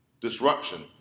disruption